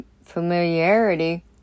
familiarity